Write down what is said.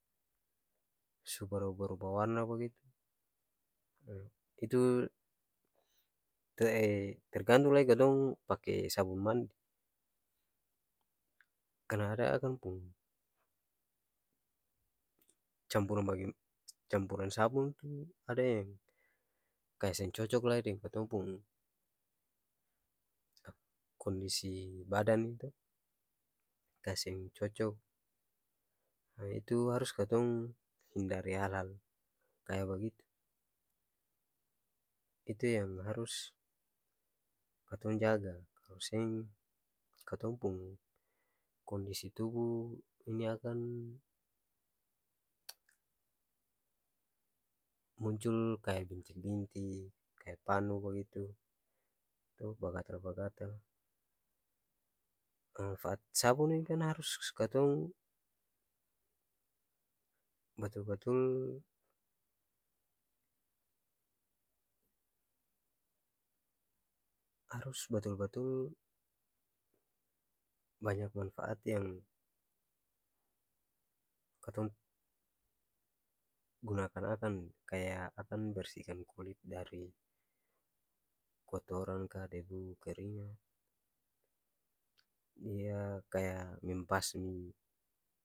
Su baruba-baruba warna bagitu itu tergantung lai katong pake sabun mandi karna ada akang pung campuran bage campuran sabun tu ada yang kaya seng cocok lai deng katong pung kondisi badan ni to ka seng cocok itu harus katong hindari hal-hal kaya bagitu itu yang harus katong jaga kalo seng katong pung kondisi tubuh ini akan muncul kaya bintik-bintik kaya panu bagitu to bagatal-bagatal manfaat sabun ini kan harus katong batul-batul harus batul-batul banyak manfaat yang katong gunakan akan kaya akan bersikan kulit dari kotoran ka debu keringat kaya membasmi.